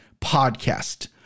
podcast